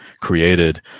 created